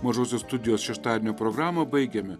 mažosios studijos šeštadienio programą baigiame